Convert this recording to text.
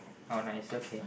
how nice okay